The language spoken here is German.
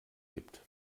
gibt